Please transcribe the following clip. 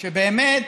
שבאמת